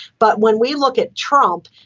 but when we look at trump,